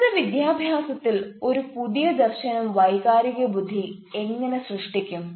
ഉന്നതവിദ്യാഭ്യാസത്തിൽ ഒരു പുതിയ ദർശനം വൈകാരിക ബുദ്ധി എങ്ങനെ സൃഷ്ടിക്കും